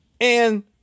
And-